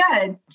good